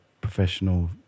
professional